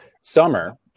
summer